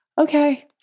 okay